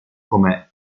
come